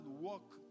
walk